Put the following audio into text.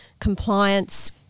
compliance